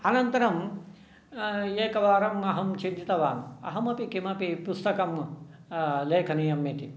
अनन्तरं एकवारम् अहं चिन्तितवान् अहमपि किमपि पुस्तकं लेखनीयम् इति